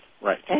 Right